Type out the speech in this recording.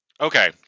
okay